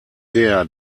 der